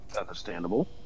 Understandable